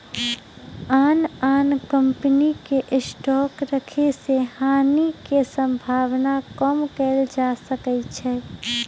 आन आन कम्पनी के स्टॉक रखे से हानि के सम्भावना कम कएल जा सकै छइ